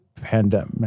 pandemic